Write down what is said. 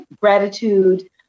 gratitude